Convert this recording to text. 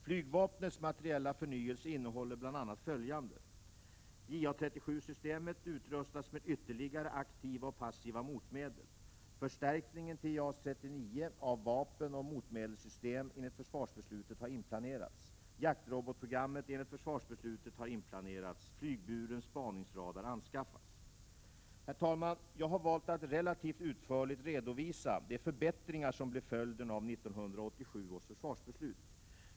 Flygvapnets materiella förnyelse innehåller bl.a. följande: JA 37-systemet utrustas med ytterligare aktiva och passiva motmedel. Förstärkningen till JAS 39 av vapenoch motmedelssystem enligt försvarsbeslutet har inplanerats. Herr talman! Jag har valt att relativt utförligt redovisa de förbättringar som blev följden av 1987 års försvarsbeslut.